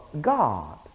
God